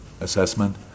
assessment